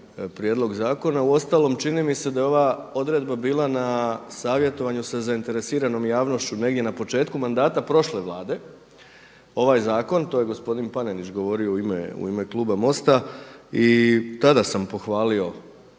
Uostalom čini mi se da je ova odredba bila na savjetovanju sa zainteresiranom javnošću negdje na početku mandata prošle Vlade. Ovaj zakon, to je gospodin Panenić govorio u ime kluba MOST-a i tada sam pohvalio